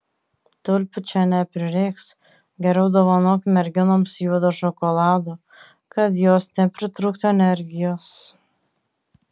tulpių čia neprireiks geriau dovanok merginoms juodo šokolado kad jos nepritrūktų energijos